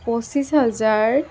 পঁচিছ হাজাৰ